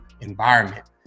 environment